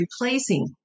replacing